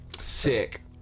Sick